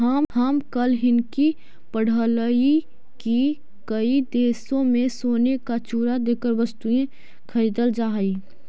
हम कल हिन्कि पढ़लियई की कई देशों में सोने का चूरा देकर वस्तुएं खरीदल जा हई